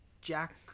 Jack